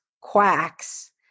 quacks